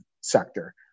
sector